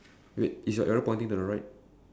wait is your arrow pointing to the right